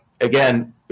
Again